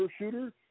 shooter